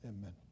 amen